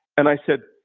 and i said,